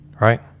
right